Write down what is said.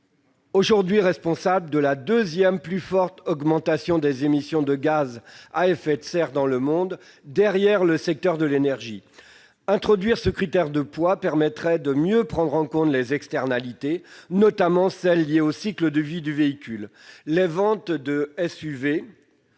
aujourd'hui responsables de la deuxième plus forte augmentation des émissions de gaz à effet de serre dans le monde, derrière le secteur de l'énergie. Introduire ce critère permettrait de mieux prendre en compte les externalités, notamment celles qui tiennent au cycle de vie du véhicule. Les ventes de SUV,